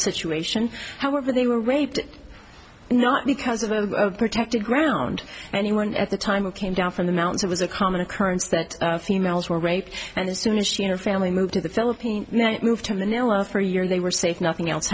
situation however they were raped not because of a protected ground anyone at the time it came down from the mount it was a common occurrence that females were raped and as soon as she and her family moved to the philippines moved to manila for a year they were safe nothing else